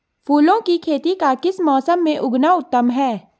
फूलों की खेती का किस मौसम में उगना उत्तम है?